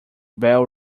bell